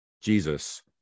Jesus